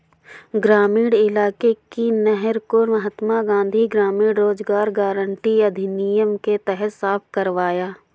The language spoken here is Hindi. ग्रामीण इलाके की नहर को महात्मा गांधी ग्रामीण रोजगार गारंटी अधिनियम के तहत साफ करवाया